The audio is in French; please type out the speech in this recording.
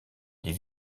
les